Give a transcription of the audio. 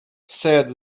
said